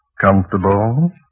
Comfortable